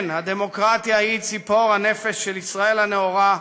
כן, הדמוקרטיה היא ציפור הנפש של ישראל הנאורה,